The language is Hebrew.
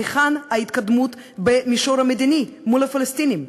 היכן ההתקדמות במישור המדיני מול הפלסטינים?